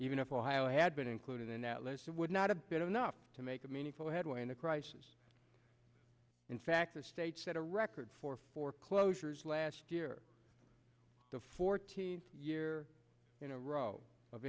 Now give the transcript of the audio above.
even if ohio had been included in that list and would not a bit of enough to make a meaningful headway in a crisis in fact the state set a record for foreclosures last year the fourteenth year in a row of